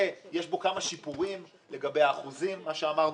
שיש בו כמה שיפורים לגבי האחוזים שאמרנו,